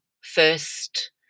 first